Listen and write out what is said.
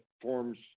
forms